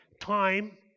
time